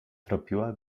tropiła